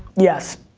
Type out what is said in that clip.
yes.